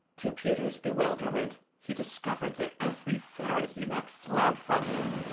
to peter's bewilderment he discovered that every fairy he met fled from him.